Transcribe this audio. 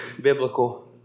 biblical